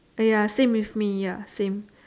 uh ya same with me ya same